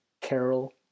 carol